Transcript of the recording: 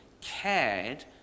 cared